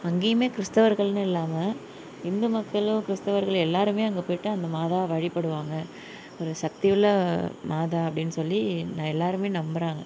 அங்கையுமே கிறித்தவர்கள்னு இல்லாமல் ஹிந்து மக்களும் கிறிஸ்தவர்கள் எல்லாருமே அங்கே போய்ட்டு அந்த மாதாவை வழிபடுவாங்க ஒரு சக்தி உள்ள மாதா அப்படின்னு சொல்லி எல்லோருமே நம்பறாங்க